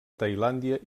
tailàndia